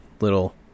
little